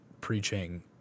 preaching